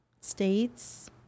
states